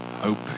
hope